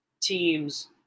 teams